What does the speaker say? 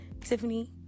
tiffany